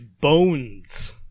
bones